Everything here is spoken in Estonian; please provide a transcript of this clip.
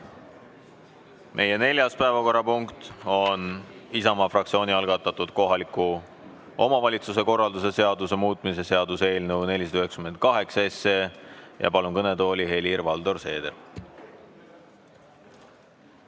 Meie neljas päevakorrapunkt on Isamaa fraktsiooni algatatud kohaliku omavalitsuse korralduse seaduse muutmise seaduse eelnõu 498 [esimene lugemine]. Palun kõnetooli Helir-Valdor Seederi.